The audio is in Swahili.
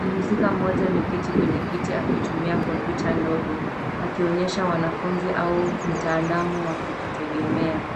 Mhusika mmoja ameketi kwenye kiti akitumia kompyuta ndogo akionyesha wanafunzi au mtaalamu wa kujitegemea.